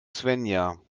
svenja